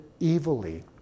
evilly